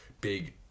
big